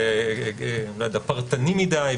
פרטני מדיי,